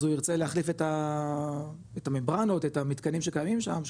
אז הוא ירצה להחליף את הממברנות את המתקנים שקיימים שם.